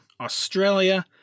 Australia